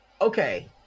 Okay